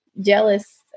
jealous